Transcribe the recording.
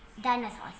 dinosaurs